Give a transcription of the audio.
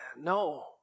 no